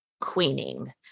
queening